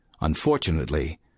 Unfortunately